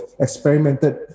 experimented